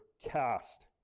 cast